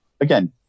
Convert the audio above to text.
again